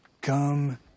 come